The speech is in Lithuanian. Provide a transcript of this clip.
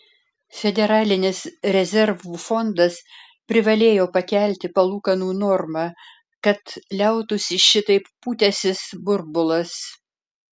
federalinis rezervų fondas privalėjo pakelti palūkanų normą kad liautųsi šitaip pūtęsis burbulas